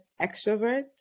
extrovert